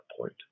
point